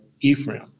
Ephraim